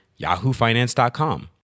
YahooFinance.com